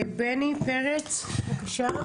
בני פרץ, בבקשה.